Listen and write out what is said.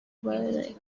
bari